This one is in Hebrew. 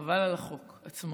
אבל על החוק עצמו.